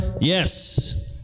Yes